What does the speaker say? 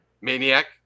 Maniac